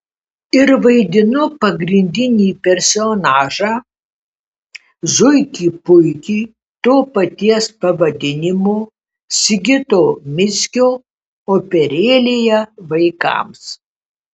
ir vaidinu pagrindinį personažą zuikį puikį to paties pavadinimo sigito mickio operėlėje vaikams